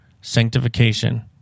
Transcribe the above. sanctification